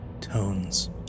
tones